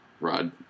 Rod